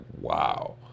wow